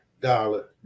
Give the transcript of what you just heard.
dollar